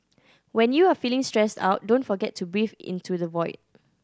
when you are feeling stressed out don't forget to breathe into the void